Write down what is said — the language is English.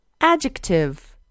Adjective